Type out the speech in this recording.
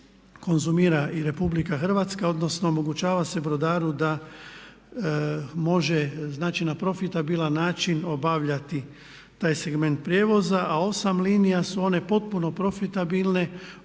konzumira i RH odnosno omogućava se brodaru da može znači na profitabilan način obavljati taj segment prijevoza. A 8 linija su one potpuno profitabilne od kojih